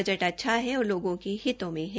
budget अच्छा है और लोगो के हितों में है